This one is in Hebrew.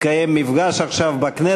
יתקיים עכשיו מפגש בכנסת,